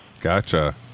Gotcha